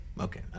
Okay